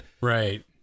Right